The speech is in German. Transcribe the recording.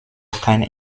kein